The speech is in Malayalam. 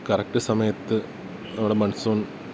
കറക്റ്റ് സമയത്ത് നമ്മുടെ മൺസൂൺ